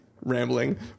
rambling